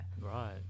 Right